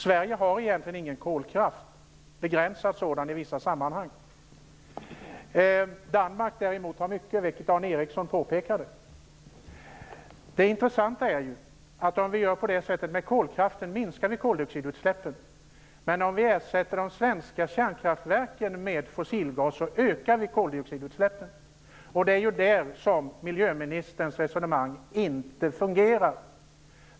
Sverige har egentligen ingen kolkraft, endast begränsad sådan i vissa sammanhang. Danmark däremot har mycket, vilket Dan Ericsson påpekade. Det intressanta är att om vi gör på det sättet med kolkraften minskar vi koldioxidutsläppen, men om vi ersätter de svenska kärnkraftverken med fossilgas ökar vi koldioxidutsläppen. Det är i det avseendet som miljöministerns resonemang inte fungerar.